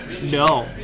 No